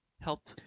Help